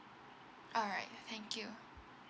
alright thank you